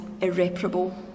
irreparable